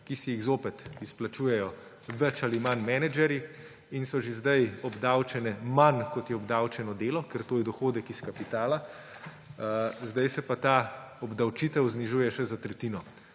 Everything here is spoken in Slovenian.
ki si jih zopet izplačujejo več ali manj menedžerji in so že zdaj obdavčene manj, kot je obdavčeno delo, ker to je dohodek iz kapitala. Zdaj se pa ta obdavčitev znižuje še za tretjino.